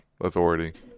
authority